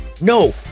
No